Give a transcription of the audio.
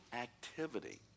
activity